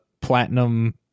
platinum